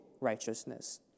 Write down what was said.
righteousness